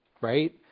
right